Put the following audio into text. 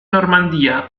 normandia